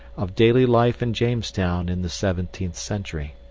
of daily life in jamestown in the seventeenth century.